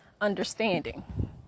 understanding